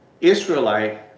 Israelite